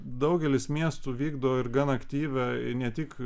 daugelis miestų vykdo ir gan aktyvią ne tik